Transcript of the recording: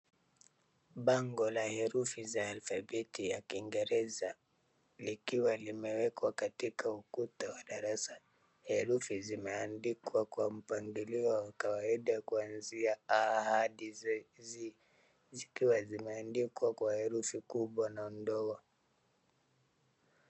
Bango la herufi za alphabeti za kiingereza likiwa limewekwa katika ukuta wa darasa ,herufi zimeandikwa kwa mpangilio wa kawaida kuanzia A hadi Z , zikiwa zimeandikwa kwa herufi kubwa na ndogo.